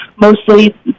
mostly